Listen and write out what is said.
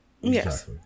Yes